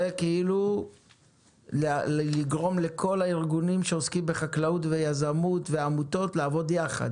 זה כאילו לגרום לכל הארגונים שעוסקים בחקלאות ויזמות ועמותות לעבוד יחד?